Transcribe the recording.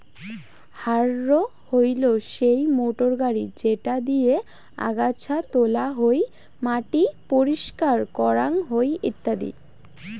harrow হইলো সেই motor গাড়ি যেটা দিয়ে আগাছা তোলা হই, মাটি পরিষ্কার করাং হই ইত্যাদি